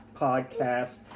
podcast